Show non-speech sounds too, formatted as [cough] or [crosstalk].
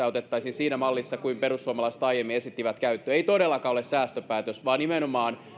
[unintelligible] otettaisiin käyttöön siinä mallissa kuin perussuomalaiset aiemmin esittivät ei todellakaan ole säästöpäätös vaan nimenomaan